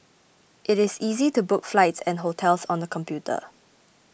it is easy to book flights and hotels on the computer